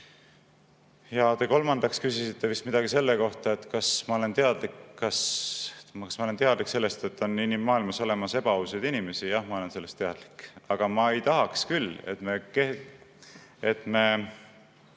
Ja kolmandaks te küsisite vist midagi selle kohta, kas ma olen teadlik sellest, et maailmas on ebaausaid inimesi. Jah, ma olen sellest teadlik. Aga ma ei tahaks küll, et me lähtume